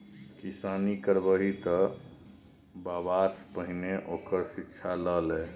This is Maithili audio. किसानी करबही तँ बबासँ पहिने ओकर शिक्षा ल लए